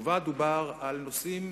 ובה דובר על נושאים